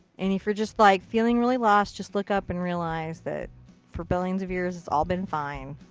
and if you're just, like, feeling really lost, just look up and realize that for billions of years, it's all been fine.